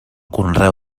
conreu